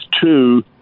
two